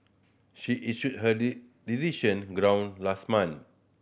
she issued her decision ground last month